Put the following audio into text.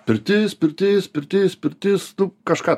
pirtis pirtis pirtis pirtis tu kažką